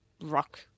rock